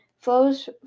flows